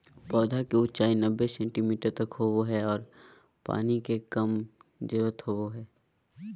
पौधा के ऊंचाई नब्बे सेंटीमीटर तक होबो हइ आर पानी के कम जरूरत होबो हइ